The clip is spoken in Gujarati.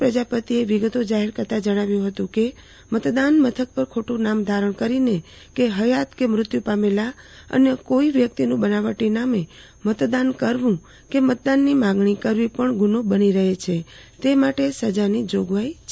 પ્રજાપતિએ વિગતો જાહેર કરતા જણાવ્યુ હતું કે મતદાન મથક પર ખોટુ નામ ધારણ કરીને કે હયાત કે મૃત્યુ પામેલા અન્ય કોઈ વ્યક્તિનું બનાવટી નામે મતદાન કરવું કે મતદાનની માંગણી કરવી પણ ગુન્નો બની રહે છે તે માટે સજાની જોગવાઈ છે